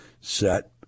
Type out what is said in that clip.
set